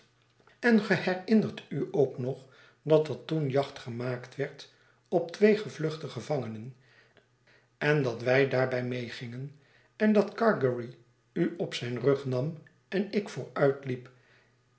en ge herinnert u ook nog dat er toen jacht gemaakt werd op twee gevluchte gevangenen en dat wij daarbij meegingen en dat gargery u op zijn rug nam en ik